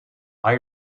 are